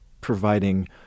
providing